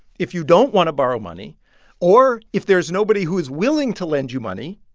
if you don't want to borrow money or if there is nobody who is willing to lend you money,